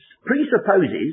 presupposes